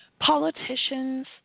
politicians